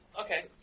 Okay